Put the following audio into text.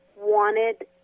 wanted